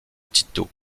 tito